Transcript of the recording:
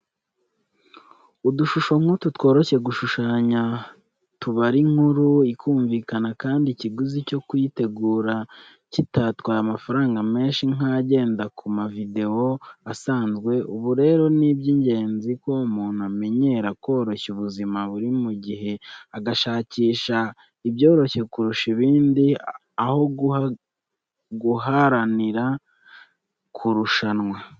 Udushusho nk'utu tworoshye gushushanya, tubara inkuru ikumvikana kandi ikiguzi cyo kuyitegura kitatwaye amafaranga menshi nk'agenda ku mavidewo asanzwe, ubwo rero ni iby'ingenzi ko umuntu amenyera koroshya ubuzima, buri gihe agashakisha ibyoroshye kurusha ibindi, aho guharanira kurushanwa.